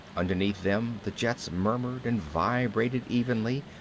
underneath them the jets murmured and vibrated evenly,